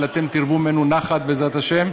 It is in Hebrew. אבל אתם תרוו ממנו נחת, בעזרת השם.